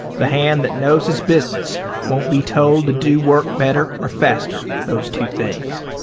the hand that knows his business won't be told to do work better or faster those two things.